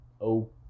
okay